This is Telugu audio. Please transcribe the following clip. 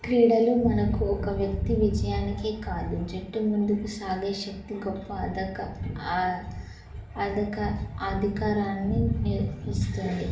క్రీడలు మనకు ఒక వ్యక్తి విజయానికే కాదు జట్టు ముందుకు సాగే శక్తి గొప్ప అధికారాన్ని ని ఇస్తుంది